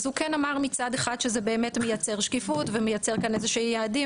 הוא אמר מצד אחד שזה באמת מייצר שקיפות ומייצר כאן איזשהם יעדים